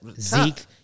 Zeke